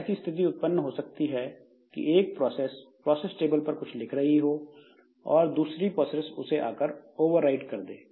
अब ऐसी स्थिति उत्पन्न हो सकती है कि एक प्रोसेस प्रोसेस टेबल पर कुछ लिख रही हो और दूसरी प्रोसेस उसे आकर ओवरराइट कर दे